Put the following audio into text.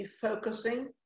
focusing